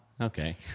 okay